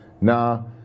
Now